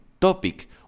topic